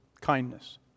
kindness